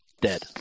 dead